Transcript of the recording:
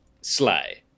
slay